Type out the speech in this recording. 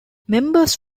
members